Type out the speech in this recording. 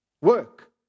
work